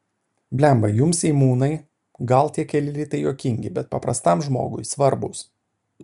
blemba jums seimūnai gal tie keli litai juokingi bet paprastam žmogui svarbūs